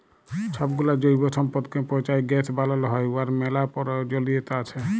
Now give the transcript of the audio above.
ছবগুলা জৈব সম্পদকে পঁচায় গ্যাস বালাল হ্যয় উয়ার ম্যালা পরয়োজলিয়তা আছে